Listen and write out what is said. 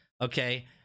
Okay